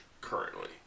currently